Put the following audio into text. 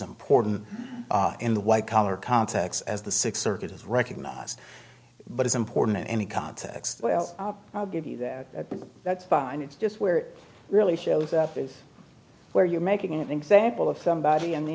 important in the white collar contacts as the six circuit is recognized but it's important in any context well i'll give you that that's fine it's just where it really shows that is where you're making an example of somebody in the